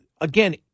again